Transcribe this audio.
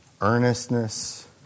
earnestness